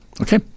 Okay